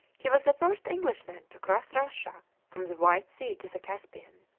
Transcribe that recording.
he was the first englishman to cross russia from the white sea to the caspian.